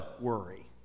worry